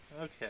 okay